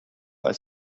als